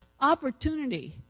opportunity